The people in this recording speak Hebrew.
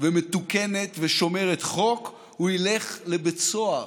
ומתוקנת ושומרת חוק הוא ילך לבית סוהר,